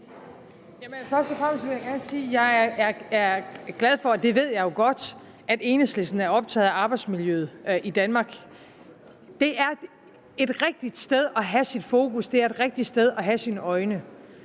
for – og jeg ved det jo godt – at Enhedslisten er optaget af arbejdsmiljøet i Danmark. Det er et rigtigt sted at have sit fokus, det er rigtigt sted at have sine øjne.